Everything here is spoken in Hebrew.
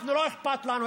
אנחנו, לא אכפת לנו.